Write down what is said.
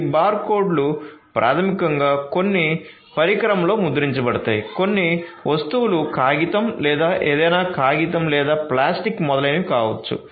ఈ బార్కోడ్లు ప్రాథమికంగా కొన్ని పరికరంలో ముద్రించబడతాయి కొన్ని వస్తువులు కాగితం లేదా ఏదైనా కాగితం లేదా ప్లాస్టిక్ మొదలైనవి కావచ్చు